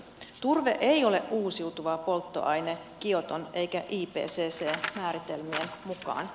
turve ei ole uusiutuva polttoaine kioton eikä ipcc määritelmien mukaan